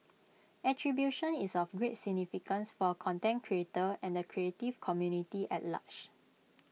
attribution is of great significance for A content creator and the creative community at large